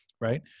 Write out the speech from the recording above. right